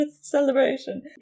celebration